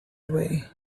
away